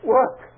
Work